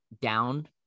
down